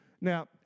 Now